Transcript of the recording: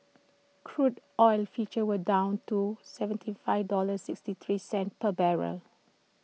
crude oil futures were down to seventy five dollar sixty three cents per barrel